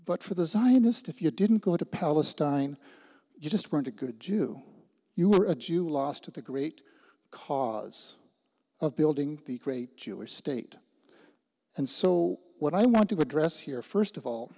for the zionist if you didn't go to palestine you just weren't a good jew you were a jew lost to the great cause of building the great jewish state and so what i want to address here first of all